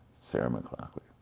sarah mclachlan.